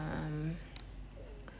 um